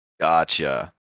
Gotcha